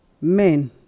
men